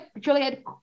Juliet